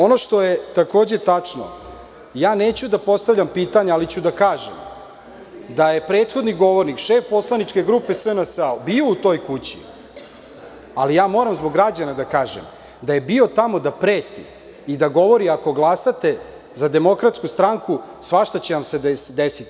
Ono što je takođe tačno, ja neću da postavljam pitanja, ali ću da kažem da je prethodni govornik, šef poslaničke grupe SNS, bio u toj kući, ali moram zbog građana da kažem, bio je tamo da preti i da govori – ako glasate za DS, svašta će vam se desiti.